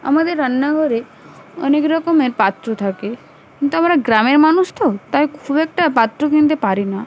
আমাদের রান্নাঘরে অনেক রকমের পাত্র থাকে কিন্তু আমরা গ্রামের মানুষ তো তাই খুব একটা পাত্র কিনতে পারি না